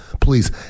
Please